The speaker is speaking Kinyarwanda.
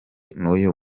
n’uyu